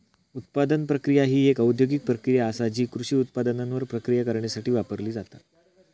उत्पादन प्रक्रिया ही एक औद्योगिक प्रक्रिया आसा जी कृषी उत्पादनांवर प्रक्रिया करण्यासाठी वापरली जाता